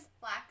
black